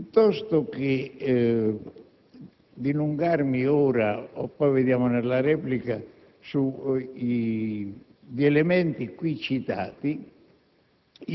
Piuttosto che dilungarmi ora - vedremo poi nella replica - sugli elementi qui citati,